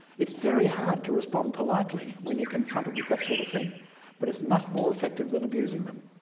it's very hard to respond politely when you're confronted with that sort of thing but it's much more effective than abusing them.